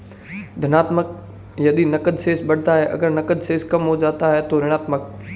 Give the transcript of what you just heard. धनात्मक यदि नकद शेष बढ़ता है, अगर नकद शेष कम हो जाता है तो ऋणात्मक